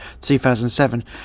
2007